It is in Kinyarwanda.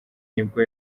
nibwo